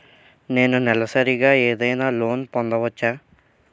నేను నెలసరిగా ఏదైనా లోన్ పొందవచ్చా?